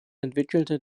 entwickelte